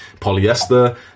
polyester